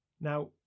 Now